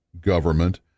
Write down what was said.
government